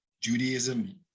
Judaism